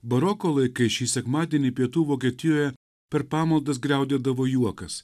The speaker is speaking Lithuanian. baroko laikais šį sekmadienį pietų vokietijoje per pamaldas griaudėdavo juokas